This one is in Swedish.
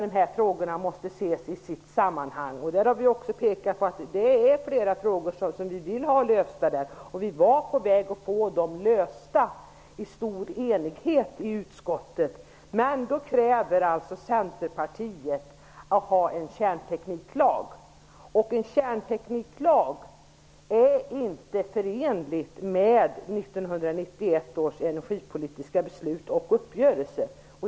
Dessa frågor måste ses i sitt sammanhang. Vi har också pekat på att det är flera frågor som vi vill lösa. Vi var på väg att få en lösning i stor enighet i utskottet. Då kräver Centerpartiet en kärntekniklag. En kärntekniklag är inte förenlig med 1991 års energipolitiska beslut och uppgörelse.